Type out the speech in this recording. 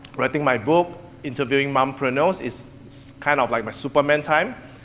writing my book, interviewing mompreneurs, is kind of like my superman time,